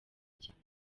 cyane